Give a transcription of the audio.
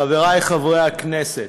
חברי חברי הכנסת,